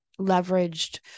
leveraged